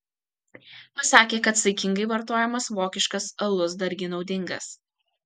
pasakė kad saikingai vartojamas vokiškas alus dargi naudingas